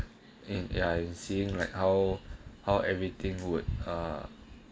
in I seeing right how how everything would uh